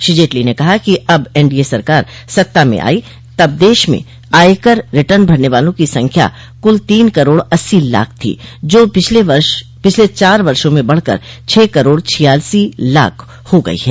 श्री जेटलो ने कहा कि जब एनडीए सरकार सत्ता में आई तब देश में आयकर रिटर्न भरने वालों की संख्या कुल तीन करोड अस्सी लाख थी जो पिछले चार वर्षो में बढ़ कर छह करोड़ छियासी लाख हो गई है